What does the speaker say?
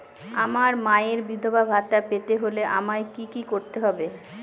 আমার মায়ের বিধবা ভাতা পেতে হলে আমায় কি কি করতে হবে?